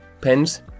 pens